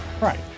right